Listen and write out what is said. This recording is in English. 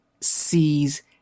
sees